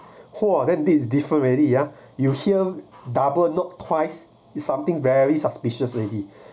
!whoa! then that is different already ah you hear double knock twice is something very suspicious already